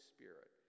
Spirit